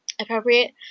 appropriate